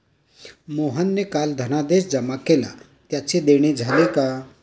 मोहनने काल धनादेश जमा केला त्याचे देणे झाले का?